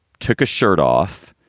took a shirt off,